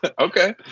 Okay